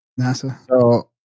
NASA